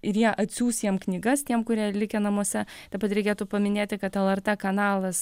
ir jie atsiųs jiem knygas tiem kurie likę namuose taip pat reikėtų paminėti kad lrt kanalas